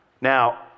Now